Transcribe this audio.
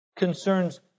concerns